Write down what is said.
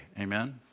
Amen